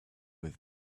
with